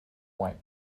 white